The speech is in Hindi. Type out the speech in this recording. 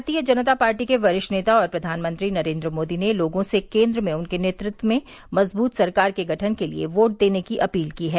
भारतीय जनता पार्टी के वरिष्ठ नेता और प्रधानमंत्री नरेन्द्र मोदी ने लोगों से केन्द्र में उनके नेतत्व में मजबूत सरकार के गठन के लिए वोट देने की अपील की है